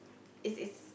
is is